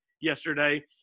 yesterday